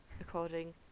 according